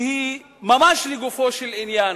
שהיא ממש לגופו של עניין,